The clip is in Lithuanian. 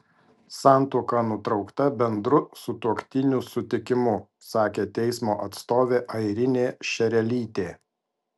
santuoka nutraukta bendru sutuoktinių sutikimu sakė teismo atstovė airinė šerelytė